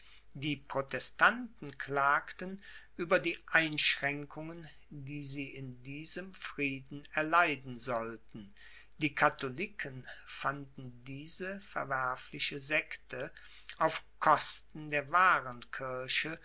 die protestanten klagten über die einschränkungen die sie in diesem frieden erleiden sollten die katholiken fanden diese verwerfliche sekte auf kosten der wahren